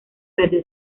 perdió